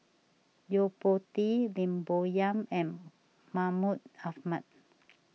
Yo Po Tee Lim Bo Yam and Mahmud Ahmad